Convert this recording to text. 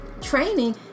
training